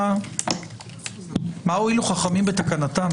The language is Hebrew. מה הועילו חכמם בתקנתם?